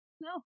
No